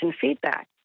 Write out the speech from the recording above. feedback